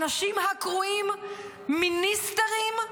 אנשים הקרויים 'מיניסטרים'